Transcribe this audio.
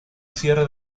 cierre